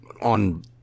on